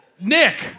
Nick